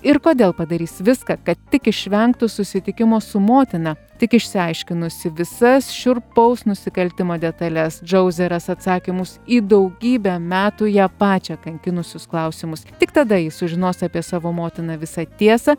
ir kodėl padarys viską kad tik išvengtų susitikimo su motina tik išsiaiškinusi visas šiurpaus nusikaltimo detales džauzė ras atsakymus į daugybę metų ją pačią kankinusius klausimus tik tada ji sužinos apie savo motiną visą tiesą